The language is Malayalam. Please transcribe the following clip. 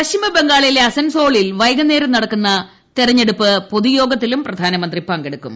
പശ്ചിമ ബംഗാളിലെ അസൻസോളിൽ വൈകുന്നേരം നടക്കുന്ന തിരഞ്ഞെടുപ്പ് പൊതുയോഗത്തിലും പ്രധാനമന്ത്രി പങ്കെടുക്കും